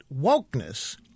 wokeness